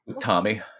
Tommy